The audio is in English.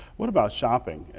what about shopping?